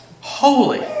holy